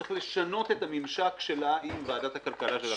צריך לשנות את הממשק שלה עם ועדת הכלכלה של הכנסת?